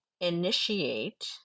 initiate